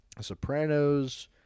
Sopranos